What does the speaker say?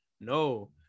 no